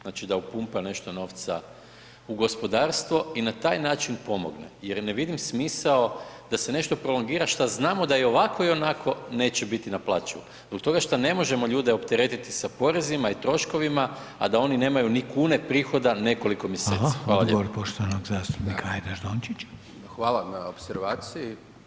Znači da upumpa nešto novca u gospodarstvo i na taj način pomogne jer ne vidim smisao da se nešto prolongira šta znamo da i ovako i onako neće biti naplaćivo, zbog toga šta ne možemo ljude opteretiti sa porezima i troškovima, a da oni nemaju ni kune prihoda nekoliko mjeseci [[Upadica: Hvala]] Hvala lijepo.